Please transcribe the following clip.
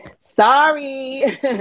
sorry